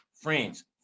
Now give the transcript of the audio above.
Friends